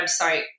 website